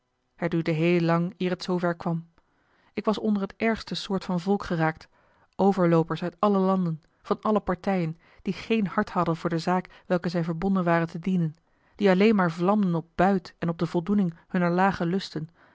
het duurde heel lang eer het zoover kwam ik was onder het ergste soort van volk geraakt overloopers uit alle landen van alle partijen die geen hart hadden voor de zaak welke zij verbonden waren te dienen die alleen maar vlamden op buit en op de voldoening hunner lage lusten